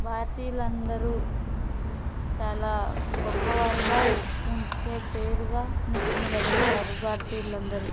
భారతీయులు అందరు చాలా గొప్పవారుగా ఉంచే పేరుగా ని నిలబెడతారు భారతీయులు అందరు